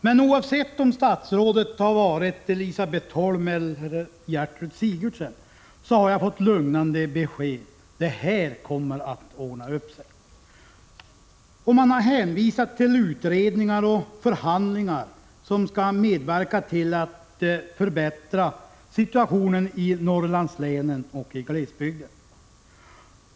Men oavsett om statsrådet har varit Elisabet Holm eller Gertrud Sigurdsen, så har jag fått det lugnande beskedet att det här kommer att ordna upp sig. Man har hänvisat till utredningar och förhandlingar som skall medverka till att förbättra situationen i Norrlandslänen och i glesbygden.